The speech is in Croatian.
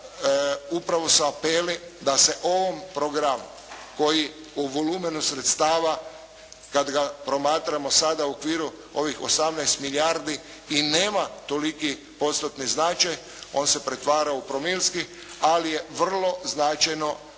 upravo su apeli da se ovom programu koji u volumenu sredstava kad ga promatramo sada u okviru ovih 18 milijardi i nema toliki postotni značaj. On se pretvara u promilski, ali je vrlo značajno da